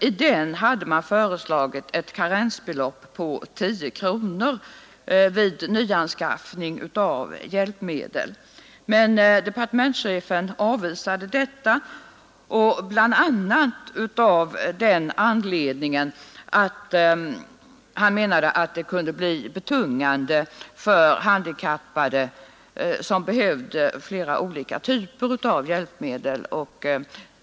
I den föreslogs ett karensbelopp på 10 kronor vid nyanskaffning av handikapphjälpmedel, men departementschefen avvisade detta förslag, bl.a. med den motiveringen att det kunde bli betungande för handikappade som behövde flera olika typer av hjälpmedel.